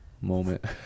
moment